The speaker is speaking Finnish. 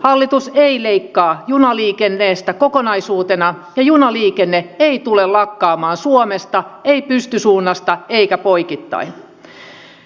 hallitus ei leikkaa junaliikenteestä kokonaisuutena ja junaliikenne ei tule lakkaamaan suomesta ei pystysuunnasta eikä poikittain